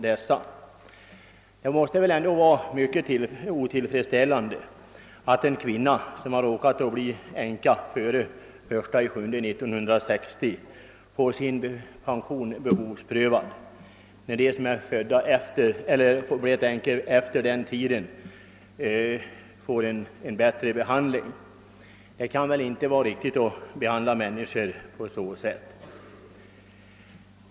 Det måste väl ändå vara mycket otillfredsställande att en kvinna som råkat bli änka före den 1 juli 1960 får sin pension behovsprövad, medan de som blivit änkor efter denna tidpunkt får änkepension utan behovsprövning. Det kan inte vara riktigt att behandla människor på så sätt.